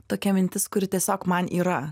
tokia mintis kuri tiesiog man yra